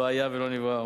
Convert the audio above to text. לא היה ולא נברא,